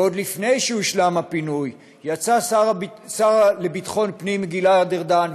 ועוד לפני שהושלם הפינוי יצא השר לביטחון פנים גלעד ארדן,